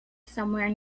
somewhere